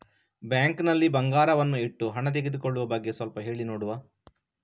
Bank ನಲ್ಲಿ ಬಂಗಾರವನ್ನು ಇಟ್ಟು ಹಣ ತೆಗೆದುಕೊಳ್ಳುವ ಬಗ್ಗೆ ಸ್ವಲ್ಪ ಹೇಳಿ ನೋಡುವ?